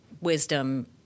wisdom